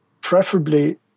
preferably